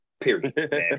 Period